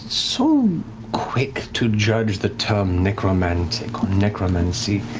so quick to judge the term necromantic or necromancy.